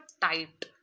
tight